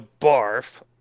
barf